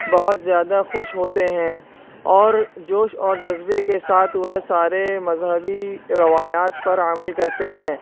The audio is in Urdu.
بہت زیادہ خوش ہوتے ہیں اور جوش اور جذبے کے ساتھ وہ سارے مذہبی روایات پر عمل کرتے ہیں